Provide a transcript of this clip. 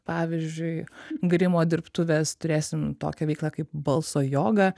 pavyzdžiui grimo dirbtuvės turėsim tokią veiklą kaip balso joga